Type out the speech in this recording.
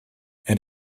and